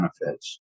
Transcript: benefits